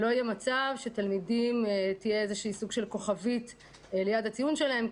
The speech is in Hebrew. שלא יהיה מצב שתהיה כוכבית ליד שם של תלמיד